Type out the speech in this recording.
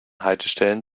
haltestellen